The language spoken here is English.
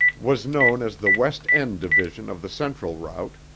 was known as the west end division of the central route,